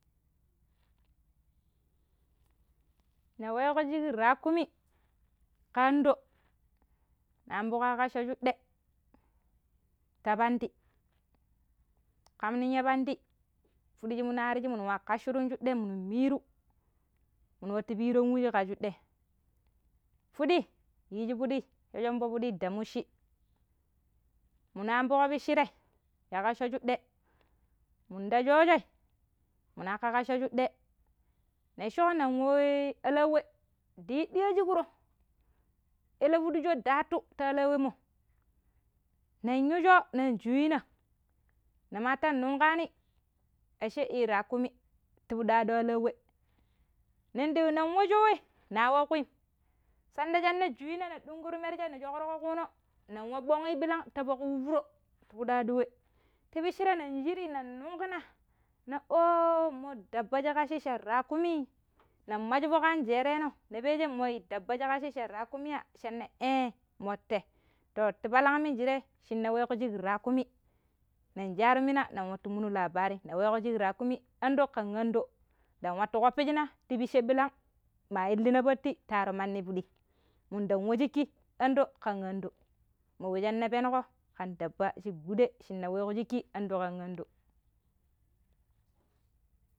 Ni weeko shik rakumi ka anɗo na amfuko ya kasso shuɗɗe ta pandi. Kam, nin ya pand fudi shi minu warji minu wa kassirun shuɗɗe minu miru mimi wattai piron wuji ka shudei, fudi yinshifudi rambafudi dammashi muna amfoƙo pishirei ya kasso shuɗɗe. Mun ta shoojoi minu aka kasso shuɗɗe neshiko nin wa alau we ndi yidiyo shikno. Ẹlẹ tuɗu so ndi watu ta alau wemmo. Nin yu soo nin juyina nima tan ningani ashe i rakumi ti pidi aɗu alau we. Nindi wa soi wei na wa kuiim sanda nansha juyina nɗuguru merje na jorogo kono na wa ɓonyi ɓilan ta fok fooro ti pidi ao, alau we. Ti pishrei nin shire nin ningina, na omo dabba shi kassi sai rakumi? Nin masfok anjereno na peje mommo dabba shi kassi ja rakumi? Sana ee mo te. Ta palan minjire sanna weko shik rakumi nin sanaru mina nin watu munu labari ni weeko shik rakumi ando kai ando nda wattu koppina ti pishe bilan ma ilina patti ta wuro mandi pidi munda wa shiki ando kan ando mo we sanna peniko kan dabaa shi abude shinna wei ko shiki ando kan ando.